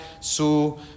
su